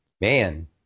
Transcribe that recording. Man